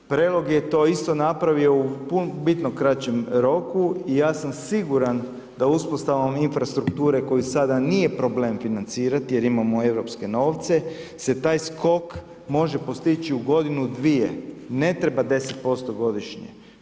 Prelog je to isto napravio u bitno kraćem roku, ja sam siguran da uspostavom infrastrukture koji sada nije problem financirati jer imamo europske novce se taj skok može postići u godinu, dvije, ne treba 10% godišnje.